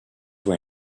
were